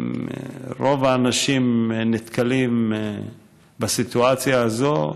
כן, רוב האנשים נתקלים בסיטואציה הזאת.